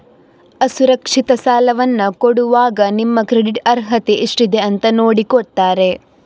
ಅಸುರಕ್ಷಿತ ಸಾಲವನ್ನ ಕೊಡುವಾಗ ನಿಮ್ಮ ಕ್ರೆಡಿಟ್ ಅರ್ಹತೆ ಎಷ್ಟಿದೆ ಅಂತ ನೋಡಿ ಕೊಡ್ತಾರೆ